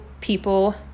people